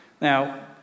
Now